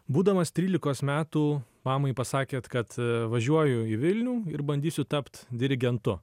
būdamas trylikos metų mamai pasakėt kad važiuoju į vilnių ir bandysiu tapt dirigentu